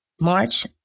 March